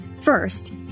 First